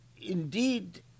Indeed